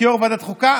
שכיו"ר ועדת החוקה,